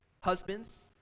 Husbands